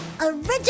Original